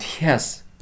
yes